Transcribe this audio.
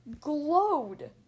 glowed